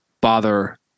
bother